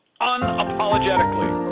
unapologetically